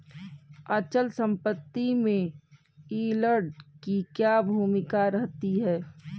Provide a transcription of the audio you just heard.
अचल संपत्ति में यील्ड की क्या भूमिका रहती है?